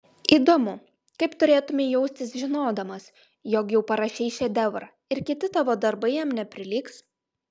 įdomu kaip turėtumei jaustis žinodamas jog jau parašei šedevrą ir kiti tavo darbai jam neprilygs